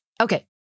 Okay